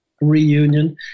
reunion